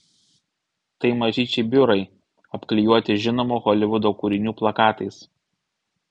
tai mažyčiai biurai apklijuoti žinomų holivudo kūrinių plakatais